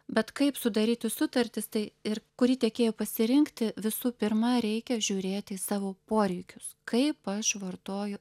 bet kaip sudaryti sutartis tai ir kurį tiekėją pasirinkti visų pirma reikia žiūrėti į savo poreikius kaip aš vartoju